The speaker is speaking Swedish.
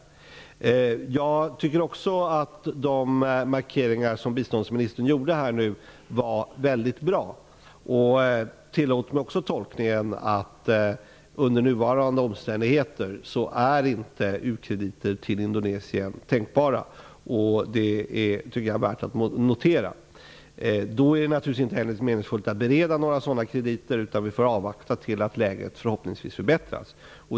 Jag tycker också att de markeringar som biståndsministern nu gjorde var väldigt bra. Tillåt mig också göra den tolkningen att u-krediter till Indonesien inte är tänkbara under nuvarande omständigheter. Det är värt att notera. Då är det naturligtvis inte heller meningsfullt att bereda sådana krediter, utan vi får avvakta tills läget förhoppningsvis förbättras.